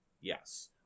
Yes